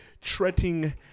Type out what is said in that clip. treading